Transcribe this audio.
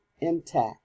intact